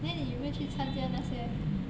then 你有没有去参加那些